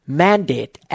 mandate